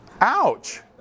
Ouch